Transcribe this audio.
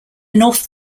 north